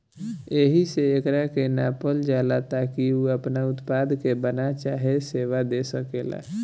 एहिसे एकरा के नापल जाला ताकि उ आपना उत्पाद के बना चाहे सेवा दे सकेला